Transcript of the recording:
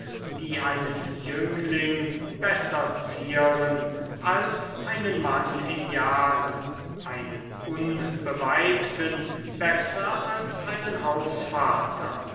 die einen jüngling besser zieren als einen mann in jahren einen unbeweibten besser als einen